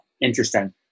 Interesting